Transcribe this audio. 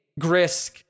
Grisk